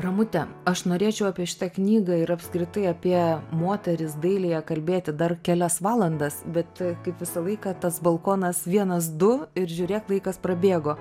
ramute aš norėčiau apie šitą knygą ir apskritai apie moteris dailėje kalbėti dar kelias valandas bet kaip visą laiką tas balkonas vienas du ir žiūrėk laikas prabėgo